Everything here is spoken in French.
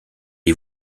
est